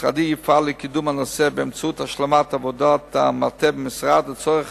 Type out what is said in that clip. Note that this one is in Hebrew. ומשרדי יפעל לקידום הנושא באמצעות השלמת עבודת המטה במשרד לצורך